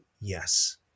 yes